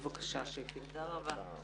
תודה רבה.